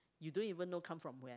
you don't even know come from where